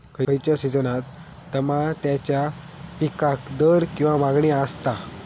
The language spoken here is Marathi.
खयच्या सिजनात तमात्याच्या पीकाक दर किंवा मागणी आसता?